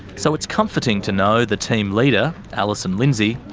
so it's comforting to know the team leader, allyson lindsay,